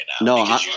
no